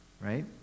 right